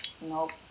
nope